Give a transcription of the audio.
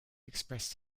expressed